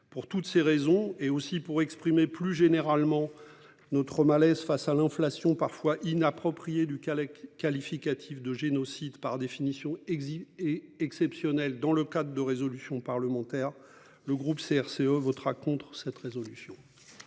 Pour toutes ces raisons et aussi pour exprimer plus généralement notre malaise face à l'inflation parfois inappropriée du Khalek qualificatif de génocide par définition. Et exceptionnelle dans le cadre de résolutions parlementaires. Le groupe CRCE votera contre cette résolution.